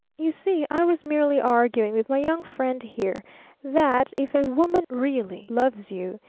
you see, i was merely arguing with my young friend here that if a woman really loves you,